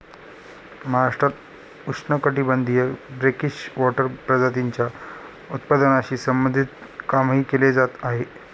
महाराष्ट्रात उष्णकटिबंधीय brackish water प्रजातींच्या उत्पादनाशी संबंधित कामही केले जात आहे